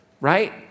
right